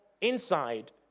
inside